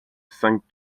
cinq